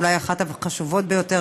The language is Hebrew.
אולי אחת החשובות ביותר,